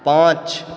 पाँच